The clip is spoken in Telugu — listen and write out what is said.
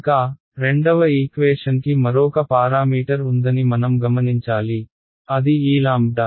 ఇంకా రెండవ ఈక్వేషన్కి మరోక పారామీటర్ ఉందని మనం గమనించాలి అది ఈ లాంబ్డా